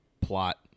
plot